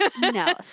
No